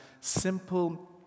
simple